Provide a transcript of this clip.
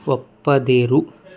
ಒಪ್ಪದಿರು